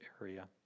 area